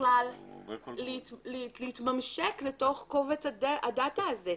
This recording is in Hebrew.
בכלל להתממשק לתוך קובץ הדאטה הזה.